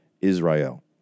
Israel